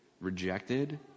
rejected